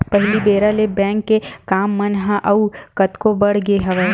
पहिली बेरा ले बेंक के काम मन ह अउ कतको बड़ गे हवय